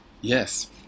Yes